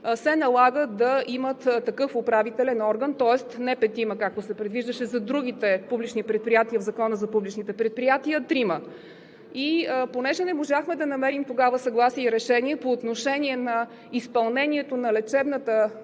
се налага да имат такъв управителен орган, тоест не петима, както се предвиждаше за другите публични предприятия в Закона за публичните предприятия, а трима. И понеже не можахме да намерим тогава съгласие и решение по отношение изпълнението на лечебната